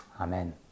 Amen